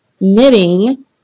knitting